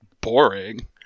boring